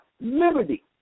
Liberty